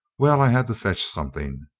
well, i had to fetch something.